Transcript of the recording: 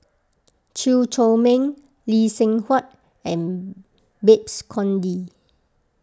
Chew Chor Meng Lee Seng Huat and Babes Conde